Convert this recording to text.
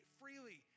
freely